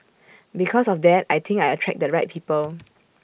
because of that I think I attract the right people